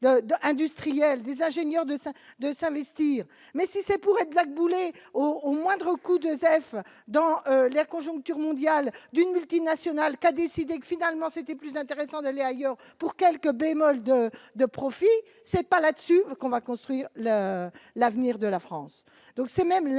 industriel des ingénieurs de de service, mais si c'est pour être blackboulé au au moindre coup de Joseph dans la conjoncture mondiale d'une multinationale qui a décidé que, finalement, c'était plus intéressant d'aller ailleurs pour quelques bémols de de profits c'est pas là-dessus qu'on va construire la l'avenir de la France,